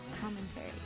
commentary